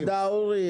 תודה אורי.